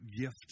gift